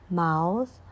mouth